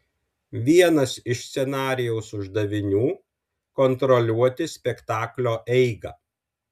vienas iš scenarijaus uždavinių kontroliuoti spektaklio eigą